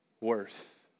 worth